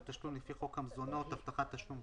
תשלום לפי חוק המזונות (הבטחת תשלום),